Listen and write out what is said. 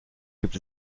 gibt